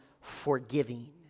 forgiving